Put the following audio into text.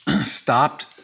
stopped